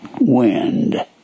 wind